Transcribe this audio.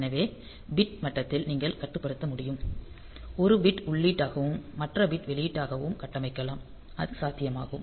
எனவே பிட் மட்டத்தில் நீங்கள் கட்டுப்படுத்த முடியும் ஒரு பிட் உள்ளீடாகவும் மற்ற பிட் வெளியீடாகவும் கட்டமைக்கப்படலாம் அது சாத்தியமாகும்